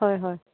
হয় হয়